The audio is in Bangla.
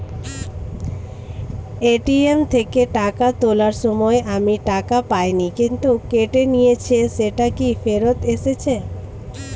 এ.টি.এম থেকে টাকা তোলার সময় আমি টাকা পাইনি কিন্তু কেটে নিয়েছে সেটা কি ফেরত এসেছে?